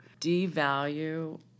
devalue